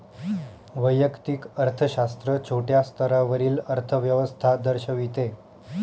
वैयक्तिक अर्थशास्त्र छोट्या स्तरावरील अर्थव्यवस्था दर्शविते